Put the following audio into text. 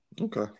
okay